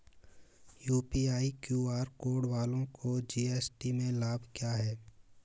UPI QR code वालों को GST में लाभ क्या है?